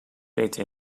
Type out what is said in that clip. btw